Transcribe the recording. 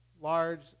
large